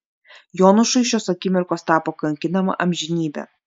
jonušui šios akimirkos tapo kankinama amžinybe